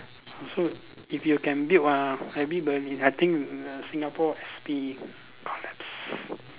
so if you can build ah everybody I think the Singapore S_P collapse